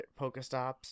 pokestops